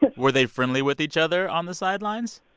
but were they friendly with each other on the sidelines?